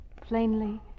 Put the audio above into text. plainly